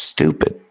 Stupid